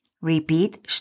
Repeat